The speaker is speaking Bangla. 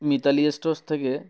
মিতালি স্টোরস থেকে